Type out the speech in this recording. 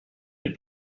des